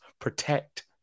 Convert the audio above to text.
protect